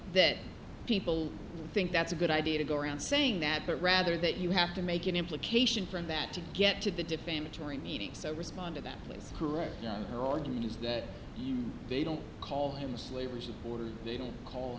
that people think that's a good idea to go around saying that but rather that you have to make an implication from that to get to the defamatory meeting so respond to that please correct her argument is that you don't call him a slave was an order they don't call